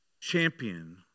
champion